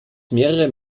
mehrere